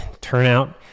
turnout